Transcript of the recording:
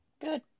Good